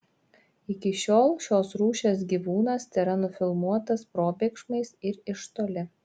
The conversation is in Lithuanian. iki šiol šios rūšies gyvūnas tėra nufilmuotas probėgšmais ir iš toli